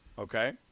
Okay